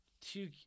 two